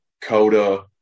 Coda